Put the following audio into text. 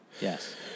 Yes